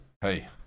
Hey